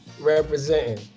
representing